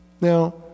Now